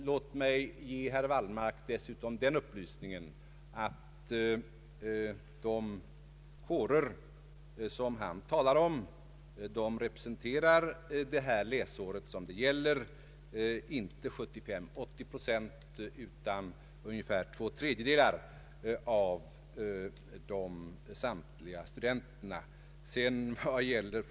Låt mig dessutom ge herr Wallmark den upplysningen att de kårer som han talat om inte representerar 75—380 pro cent utan ungefär två tredjedelar av samtliga studenter under det läsår som det här gäller.